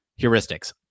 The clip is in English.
heuristics